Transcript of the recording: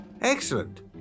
Excellent